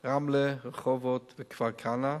רמלה, רחובות וכפר-כנא,